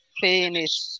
finish